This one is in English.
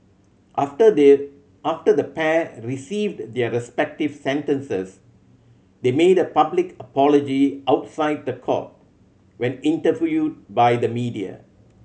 after they after the pair received their respective sentences they made a public apology outside the court when interviewed by the media